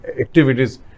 activities